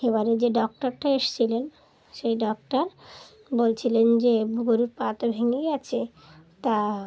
এবারে যে ডক্টরটা এসেছিলেন সেই ডক্টর বলছিলেন যে গরুর পাটা ভেঙে গেছে তা